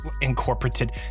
incorporated